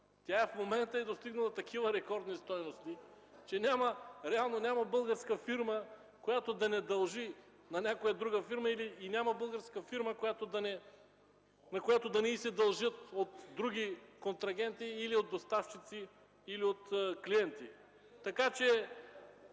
В момента тя е достигнала такива рекордни стойности, че реално няма българска фирма, която да не дължи на някоя друга фирма, и няма българска фирма, на която да не й се дължи от други контрагенти, от доставчици или от клиенти.